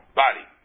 body